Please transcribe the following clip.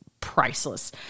priceless